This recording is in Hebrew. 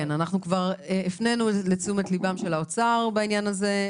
אנחנו כבר הפנינו את תשומת ליבם של האוצר לעניין הזה,